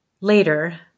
Later